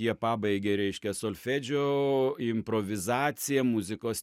jie pabaigia reiškia solfedžio improvizaciją muzikos